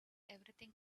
everything